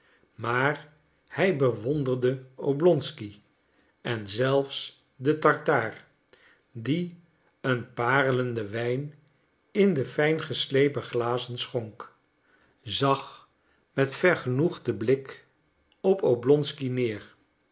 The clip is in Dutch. maar hij bewonderde oblonsky en zelfs de tartaar die een parelenden wijn in de fijngeslepen glazen schonk zag met vergenoegden blik op oblonsky neer